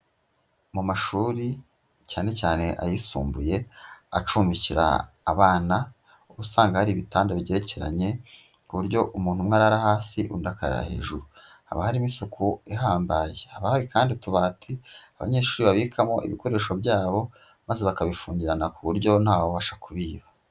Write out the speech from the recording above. Mu mashuri cyane cyane ayisumbuye acumbikira abana uba usanga hari ibitanda bigerekeranye ku buryo umuntu umwe arara hasi undi akarara hejuru. Haba harimo isuku ihambaye. Haba hari kandi utubati abanyeshuri babikamo ibikoresho byabo maze bakabifungirana ku buryo ntawubasha kubiba.